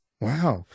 Wow